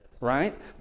right